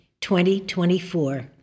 2024